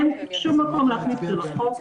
אין שום מקום להכניס את זה לחוק.